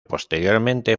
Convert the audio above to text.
posteriormente